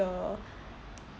the